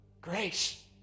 Grace